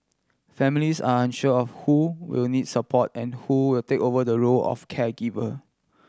families are unsure of who will need support and who will take over the role of caregiver